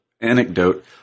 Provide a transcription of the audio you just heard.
anecdote